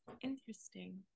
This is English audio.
interesting